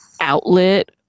outlet